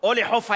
או לחוף הים,